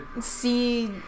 See